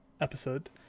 episode